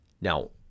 Now